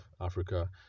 Africa